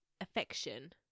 affection